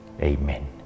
Amen